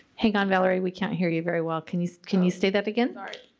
hang on valerie we can't hear you very well can you can you say that again.